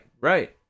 right